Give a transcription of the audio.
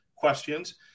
Questions